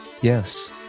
Yes